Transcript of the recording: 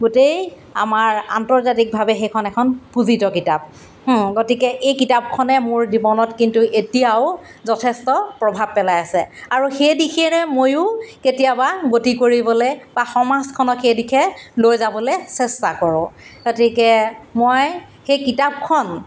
গোটেই আমাৰ আন্তৰ্জাতিকভাৱে সেইখন এখন পূঁজিত কিতাপ গতিকে এই কিতাপখনে মোৰ জীৱনত কিন্তু এতিয়াও যথেষ্ট প্ৰভাৱ পেলাই আছে আৰু সেই দিশেৰে ময়ো কেতিয়াবা গতি কৰিবলৈ বা সমাজখনক সেই দিশে লৈ যাবলৈ চেষ্টা কৰোঁ গতিকে মই সেই কিতাপখন